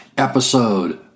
episode